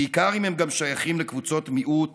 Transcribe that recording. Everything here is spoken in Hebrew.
בעיקר אם הם גם שייכים לקבוצות מיעוט